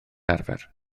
arfer